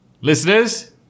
Listeners